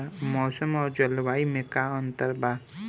मौसम और जलवायु में का अंतर बा?